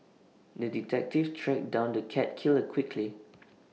the detective tracked down the cat killer quickly